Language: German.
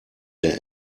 der